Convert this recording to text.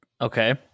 Okay